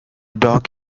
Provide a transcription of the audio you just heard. dog